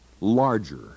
larger